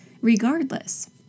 regardless